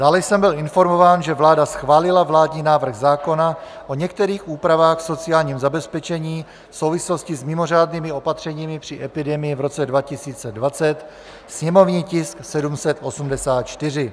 Dále jsem byl informován, že vláda schválila vládní návrh zákona o některých úpravách v sociálním zabezpečení v souvislosti s mimořádnými opatřeními při epidemii v roce 2020, sněmovní tisk 784.